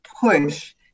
push